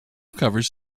covers